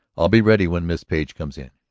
i'll be ready when miss page comes in.